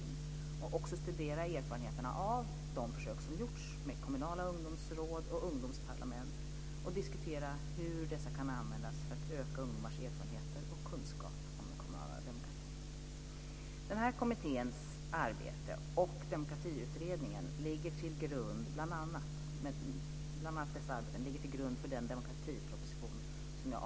Kommittén ska också studera erfarenheterna av de försök som gjorts med kommunala ungdomsråd och ungdomsparlament, och diskutera hur dessa kan användas för att öka ungdomars erfarenheter och kunskap om den kommunala demokratin. Bl.a. denna kommittés arbete och Demokratiutredningen ligger till grund för den demokratiproposition, som jag avser att lägga på riksdagens bord hösten 2001.